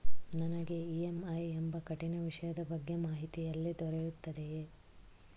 ನನಗೆ ಇ.ಎಂ.ಐ ಎಂಬ ಕಠಿಣ ವಿಷಯದ ಬಗ್ಗೆ ಮಾಹಿತಿ ಎಲ್ಲಿ ದೊರೆಯುತ್ತದೆಯೇ?